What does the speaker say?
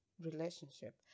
relationship